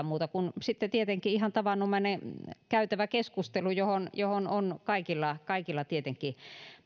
muuta kuin sitten tietenkin ihan tavanomainen käytäväkeskustelu johon johon on kaikilla kaikilla tietenkin